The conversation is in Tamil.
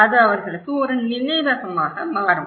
அது அவர்களுக்கு ஒரு நினைவகமாக மாறும்